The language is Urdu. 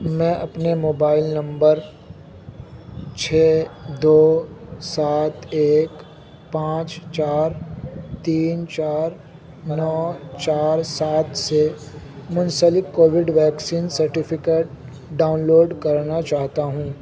میں اپنے موبائل نمبر چھ دو سات ایک پانچ چار تین چار نو چار سات سے منسلک Covid vaccine certificate download کرنا چاہتا ہوں